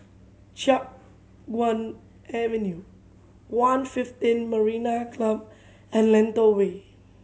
Chiap Guan Avenue One fifteen Marina Club and Lentor Way